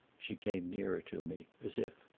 she came nearer to me, as if,